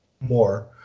more